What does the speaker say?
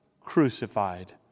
crucified